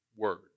word